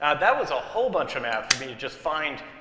and that was a whole bunch of math for me to just find